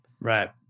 Right